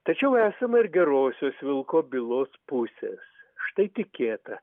tačiau esama ir gerosios vilko bylos pusės štai tikėta